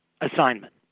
assignment